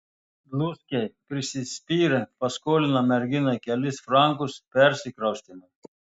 dluskiai prisispyrę paskolina merginai kelis frankus persikraustymui